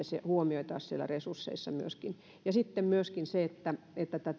se sitten huomioitaisiin siellä resursseissa myöskin sitten myöskin se että että